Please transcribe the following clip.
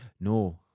No